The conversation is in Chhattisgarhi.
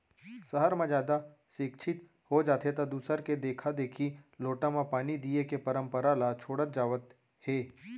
सहर म जादा सिक्छित हो जाथें त दूसर के देखा देखी लोटा म पानी दिये के परंपरा ल छोड़त जावत हें